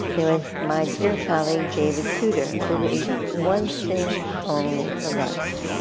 there was my dear colleague david souter who ate one thing only for lunch.